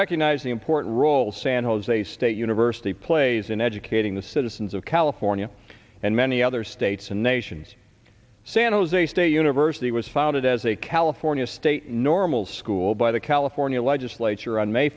recognize the important role san jose state university plays in educating the citizens of california and many other states and nations san jose state university was founded as a california state normal school by the california legislature on may